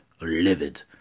livid